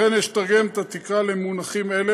לכן יש לתרגם את התקרה למונחים אלו,